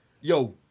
Yo